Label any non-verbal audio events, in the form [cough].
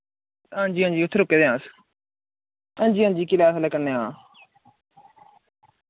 हांजी हांजी उत्थै रुके दे आं अस हांजी हांजी [unintelligible]